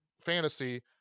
fantasy